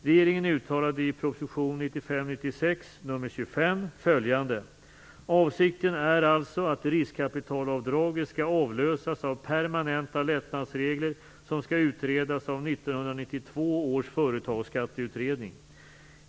Regeringen uttalade i proposition 1995/96:25 följande: "Avsikten är alltså att riskkapitalavdraget skall avlösas av permanenta lättnadsregler som skall utredas av 1992 års företagsskatteutredning.